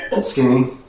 skinny